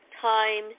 Time